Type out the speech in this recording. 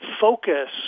focus